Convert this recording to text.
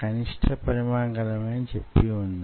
కాని అది మళ్ళీ వెనక్కిపోతుంది